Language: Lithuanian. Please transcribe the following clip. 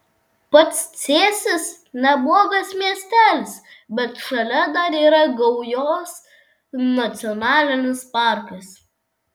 pats cėsis neblogas miestelis bet šalia dar yra gaujos nacionalinis parkas